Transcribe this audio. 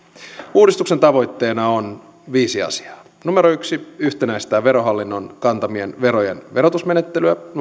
uudistuksen tavoitteena on viisi asiaa yksi yhtenäistää verohallinnon kantamien verojen verotusmenettelyä